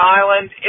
island